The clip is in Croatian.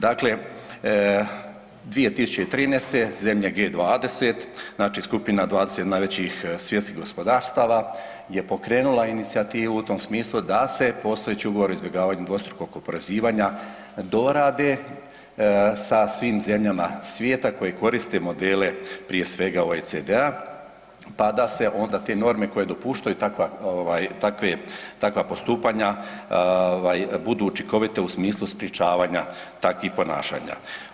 Dakle, 2013. zemlje G20, znači skupina 20 najvećih svjetskih gospodarstava je pokrenula inicijativu u tom smislu da se postojeći ugovori o izbjegavanju dvostrukog oporezivanja dorade sa svim zemljama svijeta koje koriste modele prije svega OECD-a pa da se ona te norme koje dopuštaju takva, ovaj takve, takva postupanja ovaj budu učinkovite u smislu sprječavanja takvih ponašanja.